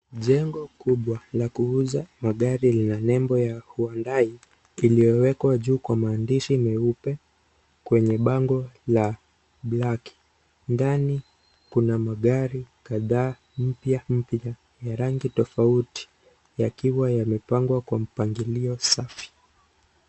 Jengo kubwa la kuuza magari ya nembo ya Hyundai , iliyowekwa juu kwa maandishi meupe, kwenye bango la black . Ndani kuna magari kadhaa mpya mpya ya rangi tofauti yakiwa yamepangwa kwa mpangilio safi.